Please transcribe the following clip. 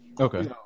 Okay